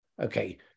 Okay